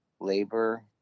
labor